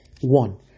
One